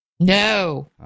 No